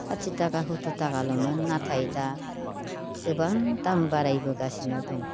साथि थाखा सतुर थाखाल'मोन नाथाय दा गोबां दाम बारायबोगासिनो दं